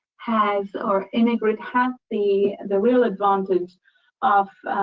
has or in a grid has the the real advantage of